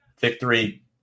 victory